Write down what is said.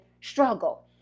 struggle